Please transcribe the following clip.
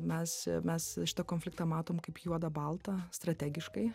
mes mes šitą konfliktą matom kaip juodą baltą strategiškai